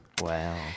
Wow